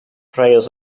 trails